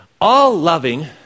all-loving